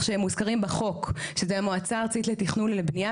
שהם מוזכרים בחוק: מועצה הארצית לתכנון ולבנייה,